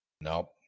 Nope